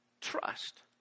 Trust